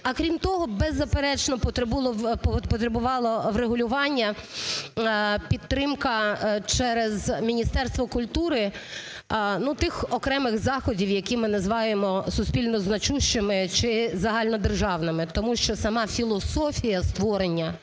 а крім того, беззаперечно потребувало врегулювання. Підтримка через Міністерство культури, ну, тих окремих заходів, які ми називаємо суспільно значущими чи загальнодержавними, тому що сама філософія створення